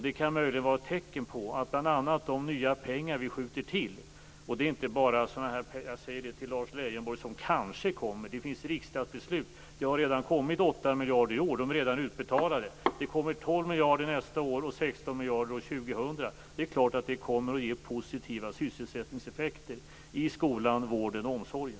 Det kan vara ett tecken på att bl.a. de nya pengar vi skjuter till har effekt. Till Lars Leijonborg vill jag säga att detta inte är pengar som kanske kommer, utan det finns riksdagsbeslut om detta. 8 miljarder är redan utbetalade i år, 12 miljarder kommer nästa år och 16 miljarder kommer år 2000. Det är klart att det kommer att ge positiva sysselsättningseffekter i skolan, vården och omsorgen.